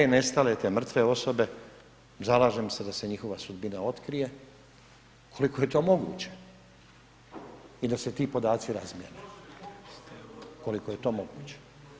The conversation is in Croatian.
Ali te nestale, te mrtve osobe zalažem se da se njihova sudbina otkrije koliko je to moguće i da se ti podaci razmjene koliko je to moguće.